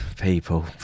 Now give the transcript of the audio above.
people